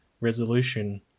resolution